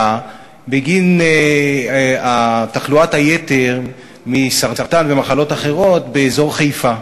בגין תחלואת היתר מסרטן ומחלות אחרות באזור חיפה.